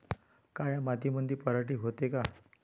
काळ्या मातीमंदी पराटी होते का?